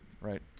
Right